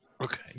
Okay